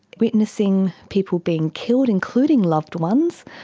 witnessing people being killed, including loved ones,